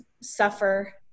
suffer